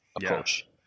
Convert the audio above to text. approach